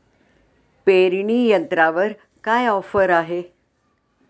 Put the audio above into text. पेरणी यंत्रावर काय ऑफर आहे?